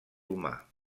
humà